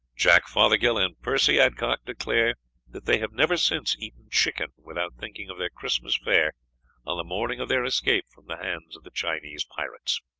jack fothergill and percy adcock declare that they have never since eaten chicken without thinking of their christmas fare on the morning of their escape from the hands of the chinese pirates.